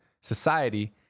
society